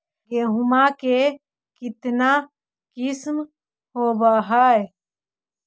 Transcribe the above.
गेहूमा के कितना किसम होबै है?